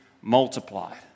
multiplied